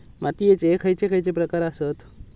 मातीयेचे खैचे खैचे प्रकार आसत?